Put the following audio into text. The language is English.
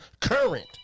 current